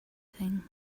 thing